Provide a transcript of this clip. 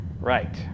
Right